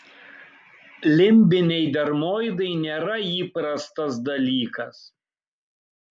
limbiniai dermoidai nėra įprastas dalykas